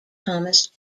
thomas